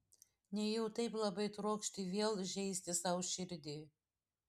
nejau taip labai trokšti vėl žeisti sau širdį